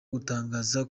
gutangaza